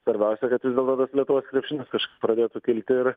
svarbiausia kad vis dėlto tas lietuvos krepšinis pradėtų kilti ir